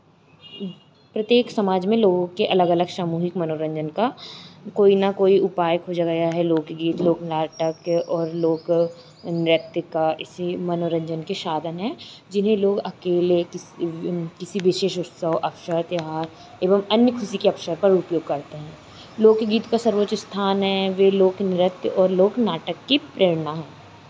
प्रत्येक समाज में लोगो के अलग अलग सामूहिक मनोरंजन का कोई ना कोई उपाय खोजा गया है लोकगीत लोक नाटक और लोक नृत्य का इसी मनोरंजन के साधन हैं जिन्हें लोग अकेले किस किसी विशेष उत्सव अवसर त्योहार एवं अन्य खुशी के अवशर पर उपयोग करते हैं लोकगीत का सर्वोच्च स्थान हैं वे लोक नृत्य और लोक नाटक की प्रेरणा है